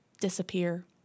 disappear